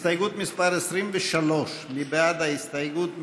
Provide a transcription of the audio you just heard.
הסתייגות מס' 23. מי בעד ההסתייגות?